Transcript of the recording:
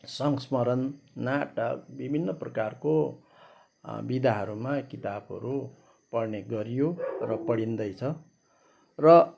संस्मरण नाटक विभिन्न प्रकारको विधाहरूमा किताबहरू पढ्ने गरियो र पढिँदैछ र